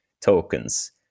tokens